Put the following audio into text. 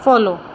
follow